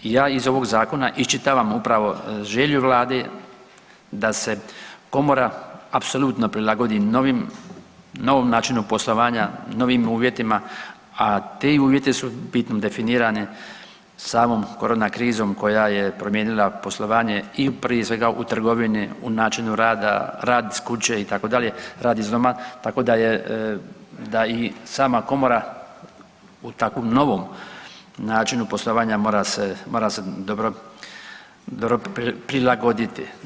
Ja iz ovog zakona iščitavam upravo želju Vlade da se komora apsolutno prilagodi novim, novom načinu poslovanja, novim uvjetima, a ti uvjeti su bitno definirani samom korona krizom koja je promijenila poslovanja i prije svega u trgovini, u načinu rada, rad iz kuće itd., rad iz doma, tako da je, da i sama komora u takvom novom načinu poslovanja mora se, mora se dobro prilgoditi.